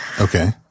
Okay